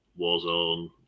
Warzone